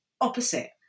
opposite